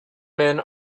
men